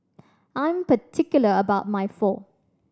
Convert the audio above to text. I'm particular about my Pho